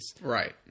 Right